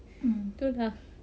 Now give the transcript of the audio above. tu lah